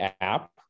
app